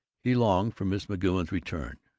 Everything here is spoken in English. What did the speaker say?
he longed for miss mcgoun's return,